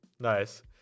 nice